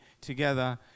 together